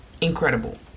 Incredible